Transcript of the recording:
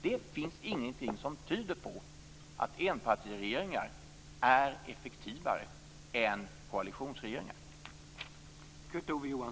Det finns ingenting som tyder på att enpartiregeringar är effektivare än koalitionsregeringar.